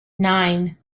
nine